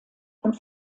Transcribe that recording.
und